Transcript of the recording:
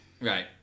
Right